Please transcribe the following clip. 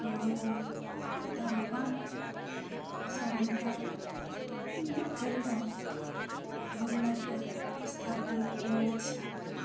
ओ भऽ गेलनि तब अपनसभ हुनका करिके गोर लागिकऽ स्थापित लऽ लै छिअनि